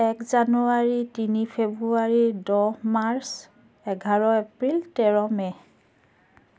এক জানুৱাৰী তিনি ফেব্ৰুৱাৰী দহ মাৰ্চ এঘাৰ এপ্ৰিল তেৰ মে'